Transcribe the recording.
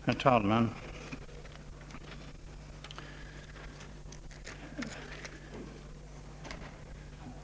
Herr talman!